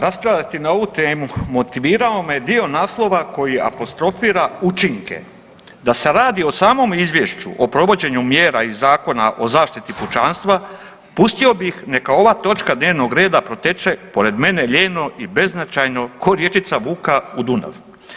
Raspravljati na ovu temu motivirao me je dio naslova koji apostrofira učinke, da se radi o samom izvješću o provođenju mjera iz Zakona o zaštiti pučanstva pustio bih neka ova točka dnevnog reda proteče pored mene lijeno i beznačajno ko rječica Vuka u Dunav.